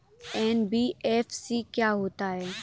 NBFC क्या होता है?